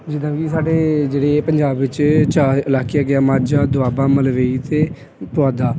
ਜਿੱਦਾਂ ਕਿ ਸਾਡੇ ਜਿਹੜੇ ਹੈ ਪੰਜਾਬ ਵਿੱਚ ਚਾਰ ਇਲਾਕੇ ਹੈਗੇ ਹੈ ਮਾਝਾ ਦੁਆਬਾ ਮਲਵਈ ਅਤੇ ਪੁਆਧਾ